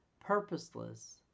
purposeless